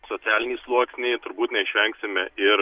socialinį sluoksnį turbūt neišvengsime ir